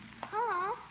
Hello